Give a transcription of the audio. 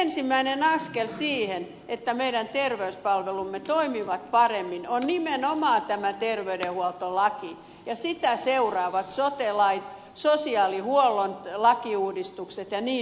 ensimmäinen askel siihen että meidän terveyspalvelumme toimivat paremmin on nimenomaan tämä terveydenhuoltolaki ja sitä seuraavat sote lait sosiaalihuollon lakiuudistukset ja niin edelleen